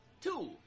Two